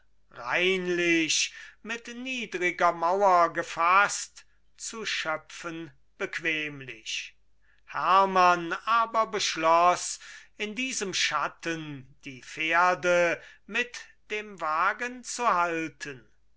reinlich mit niedriger mauer gefaßt zu schöpfen bequemlich hermann aber beschloß in diesem schatten die pferde mit dem wagen zu halten